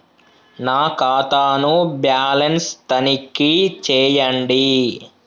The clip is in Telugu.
నా ఖాతా ను బ్యాలన్స్ తనిఖీ చేయండి?